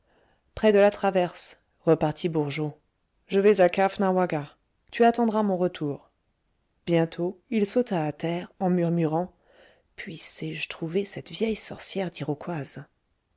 près de la traverse repartit bourgeot je vais à caughnawaga tu attendras mon retour bientôt il sauta à terre en murmurant puissé-je trouver cette vieille sorcière